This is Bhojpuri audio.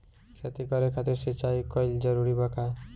खेती करे खातिर सिंचाई कइल जरूरी बा का?